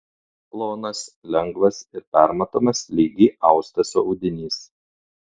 plonas lengvas ir permatomas lygiai austas audinys